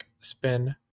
spin